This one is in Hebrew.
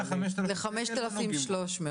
זה 5,300 שקל.